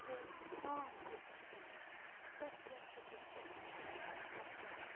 favourite song کَم چھِ تۄہہِ تہٕ تۄہہ کیٛاز چھُ تِم پَسَنٛد گژھٕ گژھان